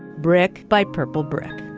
brick by purple brick,